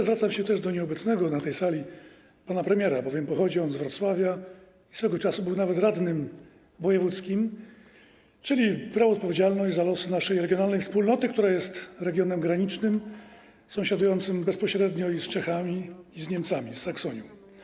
Zwracam się też do nieobecnego na tej sali pana premiera, bowiem pochodzi on z Wrocławia i swego czasu był nawet radnym wojewódzkim, czyli brał odpowiedzialność za losy naszej regionalnej wspólnoty, która jest regionem granicznym sąsiadującym bezpośrednio i z Czechami, i z Niemcami, z Saksonią.